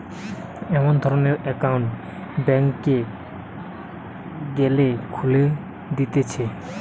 এমন ধরণের একউন্ট ব্যাংকে গ্যালে খুলে দিতেছে